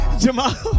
Jamal